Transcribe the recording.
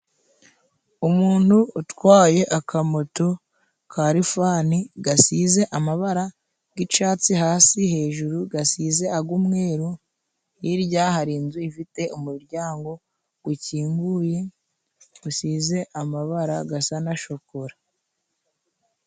Umuntu utwaye akamoto ka Lifani gasize amabara g'icatsi hasi hejuru gasize ag'umweru, hirya hari inzu ifite umuryango ukinguye usize amabara gasa na Shokora.